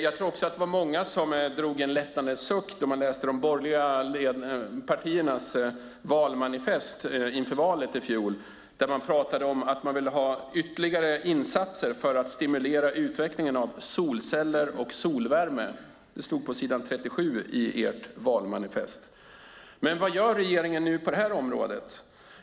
Jag tror att många drog en lättnadens suck när de läste de borgerliga partiernas valmanifest i fjol. Där stod det att man ville ha ytterligare insatser för att stimulera utvecklingen av solceller och solvärme. Det står på s. 37 i det borgerliga valmanifestet. Men vad gör nu regeringen på området?